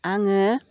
आङो